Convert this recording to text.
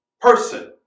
person